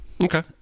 okay